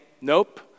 Nope